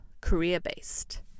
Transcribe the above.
career-based